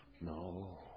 No